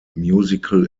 musical